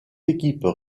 équipes